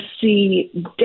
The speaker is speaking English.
see